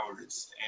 hours